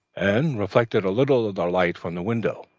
and reflected a little of the light from the window.